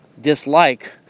dislike